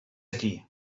aquí